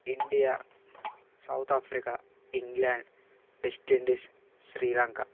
India South Africa England West Indies Sri Lanka